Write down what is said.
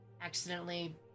accidentally